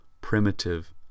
primitive